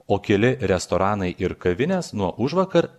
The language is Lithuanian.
o keli restoranai ir kavinės nuo užvakar